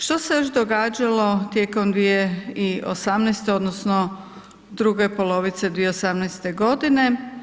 Što se još događalo tijekom 2018.-te odnosno druge polovice 2018.-te godine?